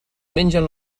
mengen